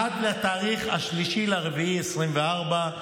עד 3 באפריל 2024,